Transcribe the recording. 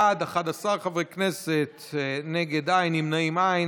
בעד, 11 חברי כנסת, נגד, אין, נמנעים, אין.